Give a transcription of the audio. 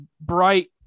bright